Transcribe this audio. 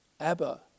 Abba